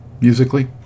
musically